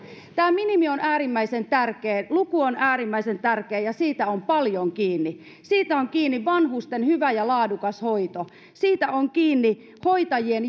tämä minimi on äärimmäisen tärkeä luku on äärimmäisen tärkeä ja siitä on paljon kiinni siitä on kiinni vanhusten hyvä ja laadukas hoito siitä on kiinni hoitajien